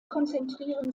konzentrieren